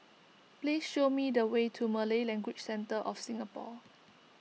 please show me the way to Malay Language Centre of Singapore